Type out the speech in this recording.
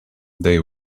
they